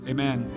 Amen